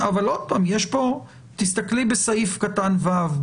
שוב, תסתכלי בסעיף קטן (ו),